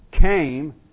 came